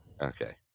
okay